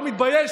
אתה לא מתבייש?